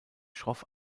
schroff